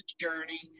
journey